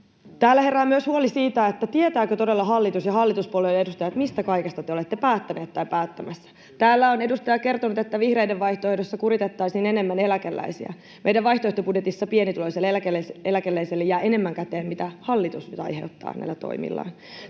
Täällä herää myös huoli siitä, tietävätkö todella hallitus ja hallituspuolueiden edustajat, mistä kaikesta te olette päättäneet tai päättämässä. Täällä on edustaja kertonut, että vihreiden vaihtoehdossa kuritettaisiin enemmän eläkeläisiä. Meidän vaihtoehtobudjetissamme pienituloiselle eläkeläiselle jää enemmän käteen kuin mitä hallitus nyt aiheuttaa näillä toimillaan.